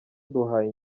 baduhaye